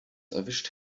erwischt